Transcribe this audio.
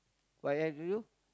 what I have to do